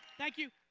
thank you.